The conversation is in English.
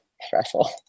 stressful